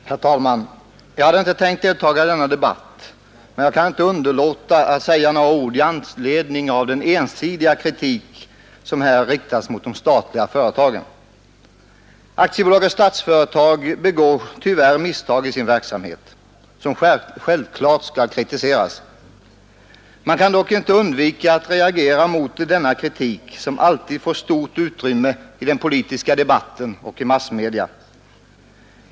Herr talman! Jag hade inte tänkt delta i denna debatt, men jag kan inte låta bli att säga några ord med anledning av den ensidiga kritik som här riktats mot de statliga företagen. Statsföretag AB begår tyvärr misstag i sin verksamhet vilka självfallet skall kritiseras. Man kan dock inte undvika att reagera mot att denna kritik alltid får stort utrymme i den politiska debatten och i massmedia.